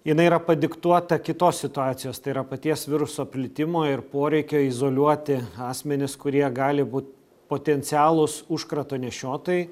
jinai yra padiktuota kitos situacijos tai yra paties viruso plitimo ir poreikio izoliuoti asmenis kurie gali būt potencialūs užkrato nešiotojai